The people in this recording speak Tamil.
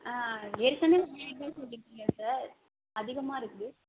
ஆ ஏற்கனவே சொல்லியிருக்கீங்க சார் அதிகமாக இருக்குது